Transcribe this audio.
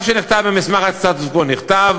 מה שנכתב במסמך הסטטוס-קוו נכתב,